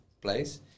place